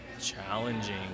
challenging